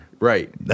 Right